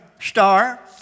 star